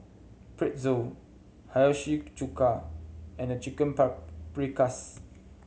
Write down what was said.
Pretzel Hiyashi Chuka and The Chicken Paprikas